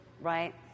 right